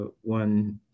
one